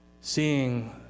seeing